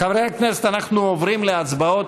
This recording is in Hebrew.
חברי הכנסת, אנחנו עוברים להצבעות.